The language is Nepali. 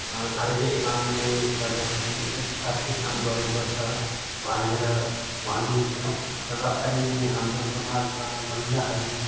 घरकै कामले गर्दाखेरि घरकै काम गर्नुपर्छ भनेर भनिन्थ्यो र अहिले हाम्रो समाजमा महिलाहरू